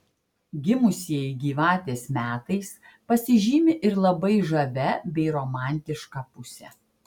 gimusieji gyvatės metais pasižymi ir labai žavia bei romantiška puse